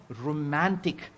romantic